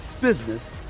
business